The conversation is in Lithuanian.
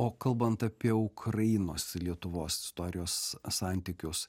o kalbant apie ukrainos lietuvos istorijos santykius